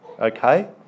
Okay